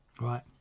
Right